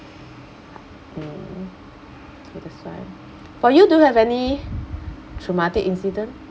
mm so that's why for you do you have any traumatic incident